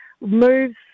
moves